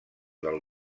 del